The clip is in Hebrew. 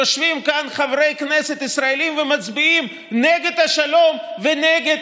יושבים כאן חברי כנסת ישראלים ומצביעים נגד השלום ונגד